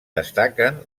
destaquen